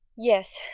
yes,